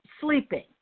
sleeping